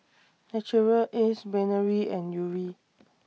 Naturel Ace Brainery and Yuri